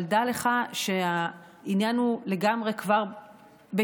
אבל דע לך שהעניין הוא לגמרי כבר בהתהוות.